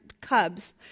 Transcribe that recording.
Cubs